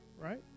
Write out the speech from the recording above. right